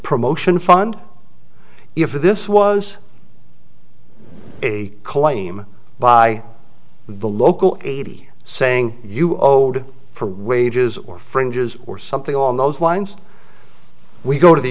promotion fund if this was a by the local eighty saying you owed for wages or fringes or something along those lines we go to the